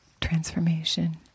transformation